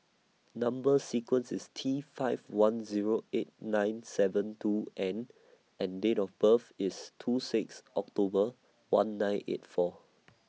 Number sequence IS T five one Zero eight nine seven two N and Date of birth IS two six October one nine eight four